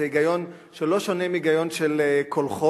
זה היגיון שלא שונה מהיגיון של קולחוז.